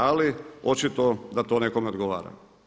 Ali očito da to nekome odgovara.